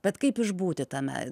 bet kaip išbūti tame